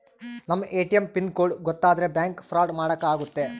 ನಮ್ ATM pin code ಗೊತ್ತಾದ್ರೆ bank fraud ಮಾಡಾಕ ಆಗುತ್ತೆ